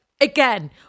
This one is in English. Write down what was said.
again